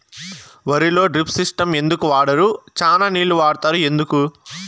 వరిలో drip system ఎందుకు వాడరు? చానా నీళ్లు వాడుతారు ఎందుకు?